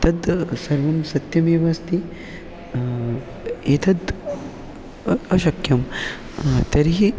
तद् सर्वं सत्यमेव अस्ति एतत् अ अशक्यं तर्हि